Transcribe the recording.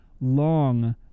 long